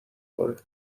پره